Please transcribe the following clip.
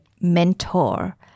mentor